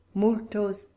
multos